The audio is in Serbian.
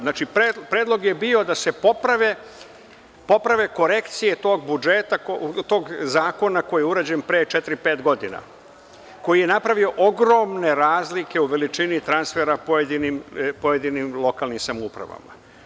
Znači, predlog je bio da se poprave korekcije tog zakona koji je urađen pre četiri, pet godina, koji je napravio ogromne razlike u veličini transfera pojedinim lokalnim samoupravama.